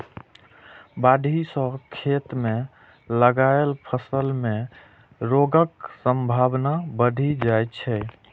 बाढ़ि सं खेत मे लागल फसल मे रोगक संभावना बढ़ि जाइ छै